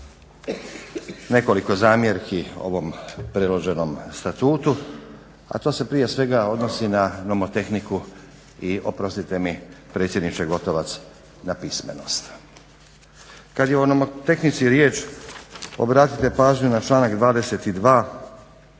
nekoliko zamjerki ovom predloženom statutu, a to se prije svega odnosi na nomotehniku i oprostite mi predsjedniče Gotovac na pismenost. Kada je o nomotehnici riječ obratite pažnju na članak